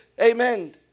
Amen